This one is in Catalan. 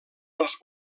els